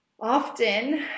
Often